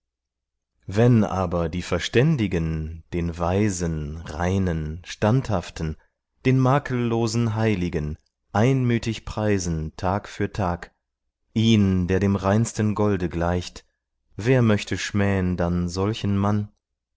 wenn aber die verständigen den weisen reinen standhaften den makellosen heiligen einmütig preisen tag für tag ihn der dem reinsten golde gleicht wer möchte schmähn dann solchen mann